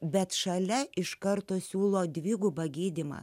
bet šalia iš karto siūlo dvigubą gydymą